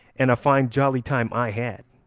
and a fine jolly time i had.